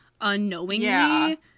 Unknowingly